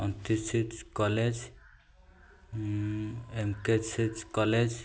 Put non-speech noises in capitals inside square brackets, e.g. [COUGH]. [UNINTELLIGIBLE] college [UNINTELLIGIBLE] college